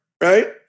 right